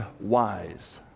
wise